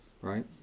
right